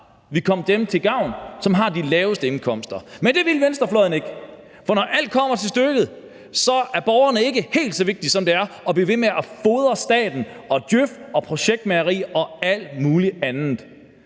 vil komme dem til gavn, som har de laveste indkomster. Men det vil venstrefløjen ikke, for når det kommer til stykket, så er borgerne ikke helt så vigtige, som det er at blive ved med at fodre staten og Djøf og projektmageri og alt muligt andet.